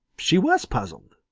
she was puzzled.